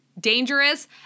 dangerous